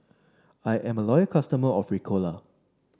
I am a loyal customer of Ricola